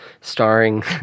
starring